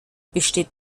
besteht